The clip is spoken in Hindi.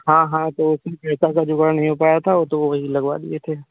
हाँ हाँ तो सप्रेजर का जुगाड़ नहीं हो पाया था तो वही लगवा लिए थे